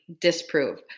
Disprove